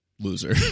Loser